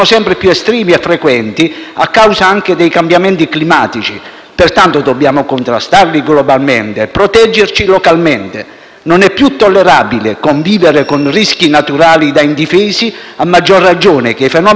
Pertanto, dobbiamo contrastarli globalmente e proteggerci localmente. Non è più tollerabile convivere con rischi naturali da indifesi, a maggior ragione visto che i fenomeni naturali tendono a ripetersi negli stessi luoghi, con le stesse modalità.